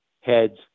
heads